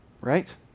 Right